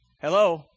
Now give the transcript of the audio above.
Hello